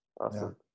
Awesome